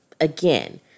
again